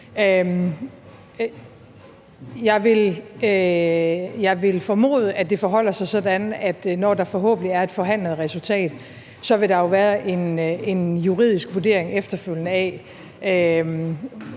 Jeg vil formode, at det forholder sig sådan, at når der forhåbentlig er forhandlet et resultat, så vil der efterfølgende være en juridisk vurdering af,